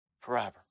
forever